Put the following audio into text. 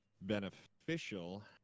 beneficial